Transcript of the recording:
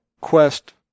quest